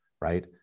right